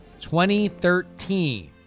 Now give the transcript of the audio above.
2013